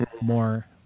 more